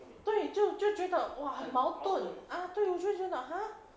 对就就觉得的哇很矛盾啊对觉得 !huh!